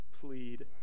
plead